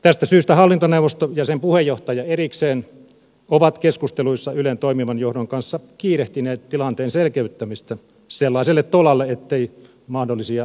tästä syystä hallintoneuvosto ja sen puheenjohtaja erikseen ovat keskusteluissa ylen toimivan johdon kanssa kiirehtineet tilanteen selkeyttämistä sellaiselle tolalle ettei mahdollisia laillisuusongelmia olisi